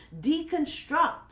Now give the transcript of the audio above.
deconstruct